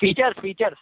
feature features